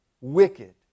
wicked